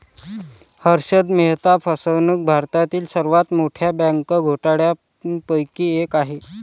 हर्षद मेहता फसवणूक भारतातील सर्वात मोठ्या बँक घोटाळ्यांपैकी एक आहे